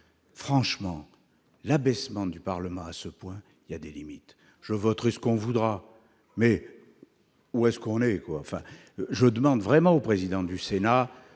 franchement l'abaissement du Parlement à ce point, il y a des limites, je voterai ce qu'on voudra, mais où est-ce qu'on eu quoi, enfin je demande vraiment au président du Sénat.